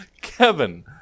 Kevin